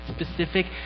specific